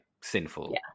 sinful